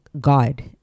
God